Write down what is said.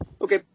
Okay